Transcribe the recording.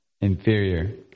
inferior